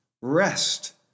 rest